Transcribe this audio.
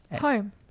Home